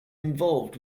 involved